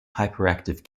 hyperactive